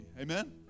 Amen